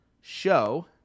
show